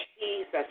Jesus